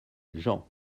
jean